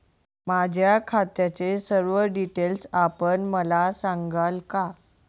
माझ्या खात्याचे सर्व डिटेल्स आपण मला सांगाल का?